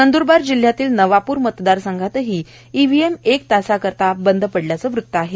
नंदुरबार जिल्ह्यात नवापूर मतदार संघातही ईव्हीएम एक तास बंद होऊ पडल्याचं वृत्त आहे